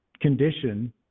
condition